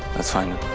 that's final.